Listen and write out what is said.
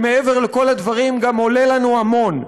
שמעבר לכל הדברים גם עולה לנו המון.